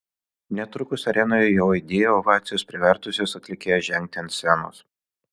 netrukus arenoje jau aidėjo ovacijos privertusios atlikėją žengti ant scenos